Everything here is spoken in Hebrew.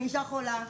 אני אישה חולה,